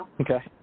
Okay